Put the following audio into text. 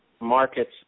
markets